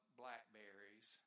blackberries